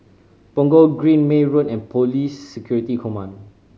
Punggol Green May Road and Police Security Command